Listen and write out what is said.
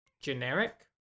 generic